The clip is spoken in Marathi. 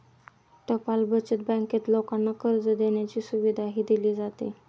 टपाल बचत बँकेत लोकांना कर्ज देण्याची सुविधाही दिली जाते